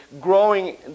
growing